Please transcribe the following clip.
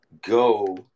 go